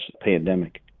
pandemic